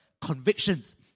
convictions